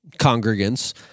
congregants